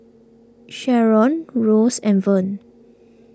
Sheron Rose and Vern